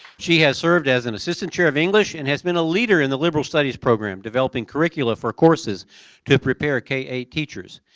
she has served as an assistant chair of english and has been a leader in the liberal studies program developing curricula for courses to prepare k eight teachers.